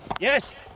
Yes